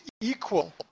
equal